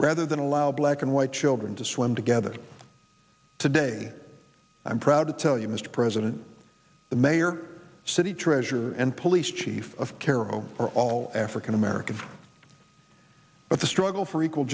rather than allow black and white children to swim together today i'm proud to tell you mr president the mayor city treasurer and police chief of kero are all african american but the struggle for equal